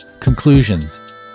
Conclusions